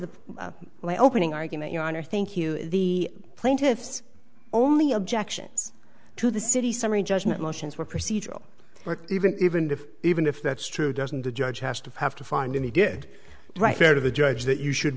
the opening argument your honor thank you the plaintiff's only objections to the city summary judgment motions were procedural or even even if even if that's true doesn't the judge has to have to find in the did right there to the judge that you should